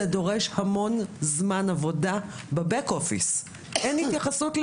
זה דורש המון זמן עבודה בבק-אופיס ואין לזה התייחסות.